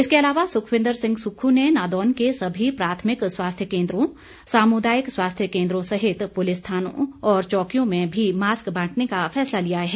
इसके अलावा सुखविन्दर सिंह सुक्खू ने नादौन के सभी प्राथमिक स्वास्थ्य केन्द्रों सामुदायिक स्वास्थ्य केन्द्रों सहित पुलिस थानों और चौकियों में भी मास्क बांटने का फैसला लिया है